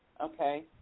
okay